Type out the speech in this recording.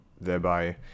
thereby